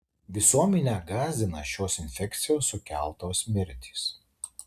visuomenę gąsdina šios infekcijos sukeltos mirtys